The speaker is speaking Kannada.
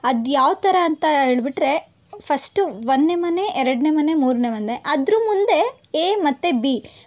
ಅದ್ಯಾವ ಥರ ಅಂತ ಹೇಳ್ಬಿಟ್ರೆ ಫಸ್ಟು ಒಂದನೇ ಮನೆ ಎರಡನೇ ಮನೆ ಮೂರನೇ ಮನೆ ಅದ್ರ ಮುಂದೆ ಎ ಮತ್ತು ಬಿ